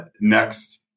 Next